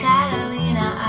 Catalina